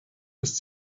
ist